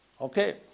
Okay